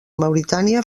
mauritània